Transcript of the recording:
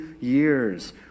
years